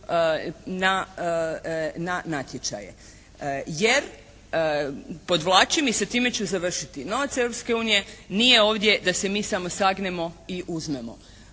na natječaje. Jer, podvlačim i sa time završiti. Novac Europske unije nije ovdje da se mi samo sagnemo i uzmemo